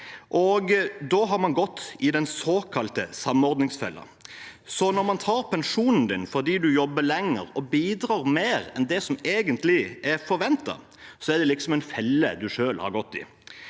Da har man gått i den såkalte samordningsfellen. Når man tar pensjonen din fordi du jobber lenger og bidrar mer enn det som egentlig er forventet, er det en felle du selv har gått i.